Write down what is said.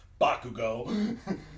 Bakugo